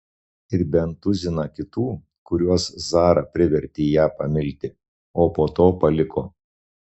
ir bent tuziną kitų kuriuos zara privertė ją pamilti o po to paliko